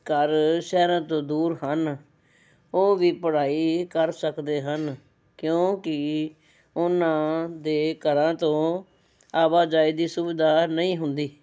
ਘਰ ਸ਼ਹਿਰਾਂ ਤੋਂ ਦੂਰ ਹਨ ਉਹ ਵੀ ਪੜ੍ਹਾਈ ਕਰ ਸਕਦੇ ਹਨ ਕਿਉਂਕਿ ਉਹਨਾਂ ਦੇ ਘਰਾਂ ਤੋਂ ਆਵਾਜਾਈ ਦੀ ਸੁਵਿਧਾ ਨਹੀਂ ਹੁੰਦੀ